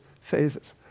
phases